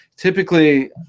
Typically